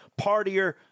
Partier